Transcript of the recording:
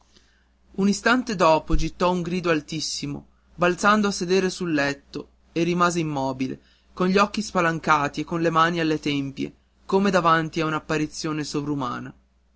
un istante dopo gittò un grido altissimo balzando a sedere sul letto e rimase immobile con gli occhi spalancati e con le mani alle tempie come davanti a un'apparizione sovrumana